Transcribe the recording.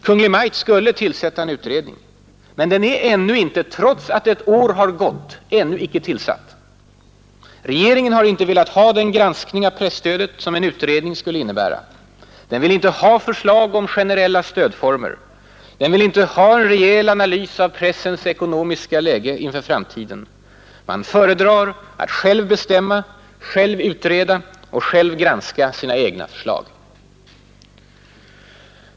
Kungl. Maj:t skulle tillsätta en 35 utredning. Den är — trots att ett år har gått — ännu inte tillsatt. Regeringen har inte velat ha den granskning av presstödet som en utredning skulle innebära. Den vill inte ha förslag om generella stödformer. Den vill inte ha en rejäl analys av pressens ekonomiska läge inför framtiden. Man föredrar att själv bestämma, själv utreda och själv granska sina egna förslag.